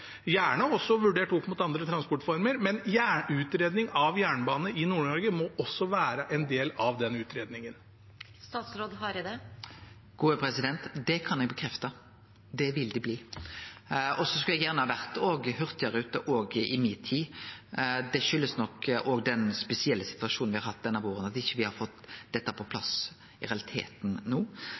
vurdert opp mot andre transportformer, men utredning av jernbane i Nord-Norge må også være en del av den utredningen. Det kan eg bekrefte. Det vil det bli. Og gjerne òg hurtigrute i mi tid. Det kjem nok av den spesielle situasjonen me har hatt denne våren, at me i realiteten ikkje har fått dette på plass